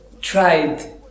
tried